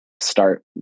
start